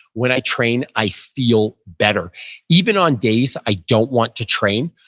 when i train, i feel better even on days i don't want to train,